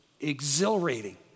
exhilarating